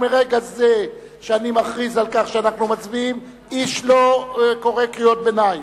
ומרגע שאני מכריז על כך שאנחנו מצביעים איש לא קורא קריאות ביניים.